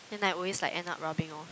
then I always like end up rubbing off